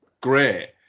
great